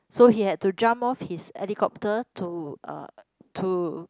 so he had to jump off his helicopter to uh to